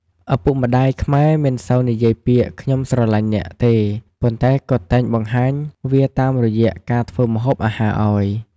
ឪពុកម្តាយខ្មែរមិនសូវនិយាយពាក្យ "ខ្ញុំស្រលាញ់អ្នក" ទេ ប៉ុន្តែគាត់តែងបង្ហាញវាតាមរយៈការធ្វើម្ហូបអាហារអោយ។